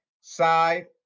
SIDE